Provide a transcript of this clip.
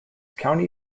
county